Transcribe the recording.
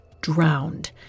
drowned